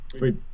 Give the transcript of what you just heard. Wait